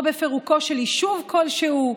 או בפירוקו של יישוב כלשהו.